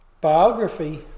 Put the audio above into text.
biography